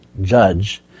Judge